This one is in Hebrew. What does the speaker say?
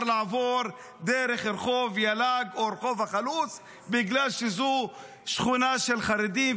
לעבור דרך רחוב יל"ג או רחוב החלוץ בגלל שזו שכונה של חרדים,